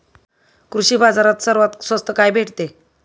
कृषी बाजारात सर्वात स्वस्त काय भेटते?